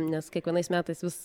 nes kiekvienais metais vis